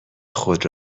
خود